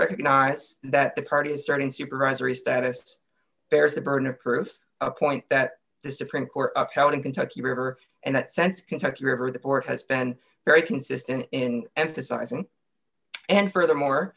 recognize that the party is starting supervisory status bears the burden of proof a point that the supreme court upheld in kentucky river and that sense kentucky over the board has been very consistent in emphasizing and furthermore